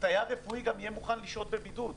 תייר רפואי גם יהיה מוכן לשהות בבידוד,